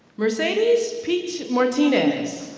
mercedes pete martinez.